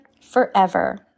forever